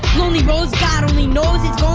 lonely roads god only knows. he's